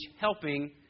Helping